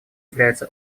является